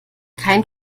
kein